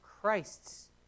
Christ's